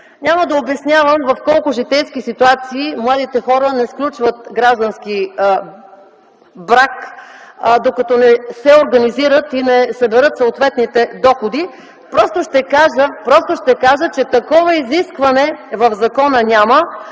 Няма да обяснявам в колко житейски ситуации младите хора не сключват граждански брак, докато не се организират и не съберат съответните доходи, просто ще кажа, че такова изискване в закона няма